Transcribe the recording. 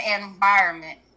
environment